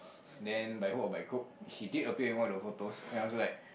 then by hook or by crook she did appear in one of the photos then I was like